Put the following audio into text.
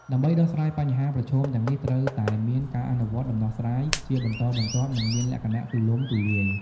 ដើម្បីដោះស្រាយបញ្ហាប្រឈមទាំងនេះ ត្រូវតែមានការអនុវត្តន៍ដំណោះស្រាយជាបន្តបន្ទាប់និងមានលក្ខណៈទូលំទូលាយ។